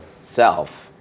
self